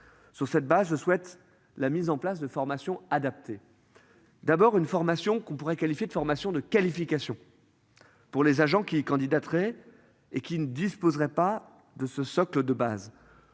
sur cette base souhaite la mise en place de formations adaptées. D'abord une formation qu'on pourrait qualifier de formation, de qualification. Pour les agents qui candidat très et qui ne disposerait pas de ce socle de base.